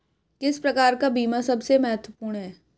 किस प्रकार का बीमा सबसे महत्वपूर्ण है?